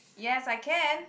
yes I can